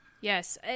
Yes